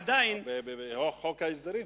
עדיין, בחוק ההסדרים.